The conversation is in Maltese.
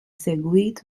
segwit